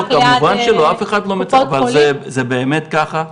זה באמת ככה?